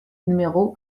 numéro